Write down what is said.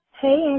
Hey